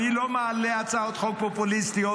אני לא מעלה הצעות חוק פופוליסטיות,